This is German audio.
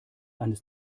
eines